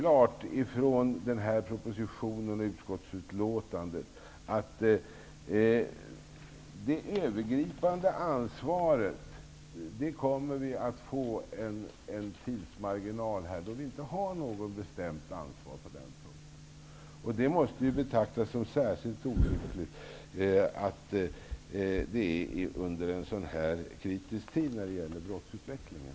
I propositionen och utskottsbetänkandet är det klart att det kommer att saknas ett övergripande ansvar under en viss tidsmarginal. Det måste betraktas som särskilt olyckligt under en så kritisk tid när det gäller brottsutvecklingen.